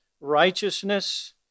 righteousness